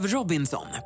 Robinson